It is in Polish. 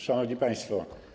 Szanowni Państwo!